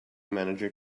manager